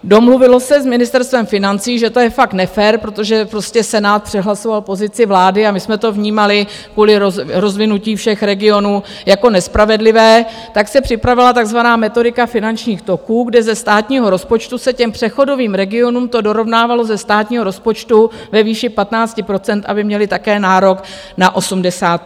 Domluvilo se s Ministerstvem financí, že to je fakt nefér, protože prostě Senát přehlasoval pozici vlády a my jsme to vnímali kvůli rozvinutí všech regionů jako nespravedlivé, tak se připravila takzvaná metodika finančních toků, kde ze státního rozpočtu se těm přechodovým regionům to dorovnávalo ze státního rozpočtu ve výši 15 %, aby měly také nárok na 85.